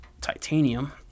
Titanium